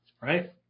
right